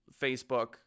facebook